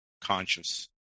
conscious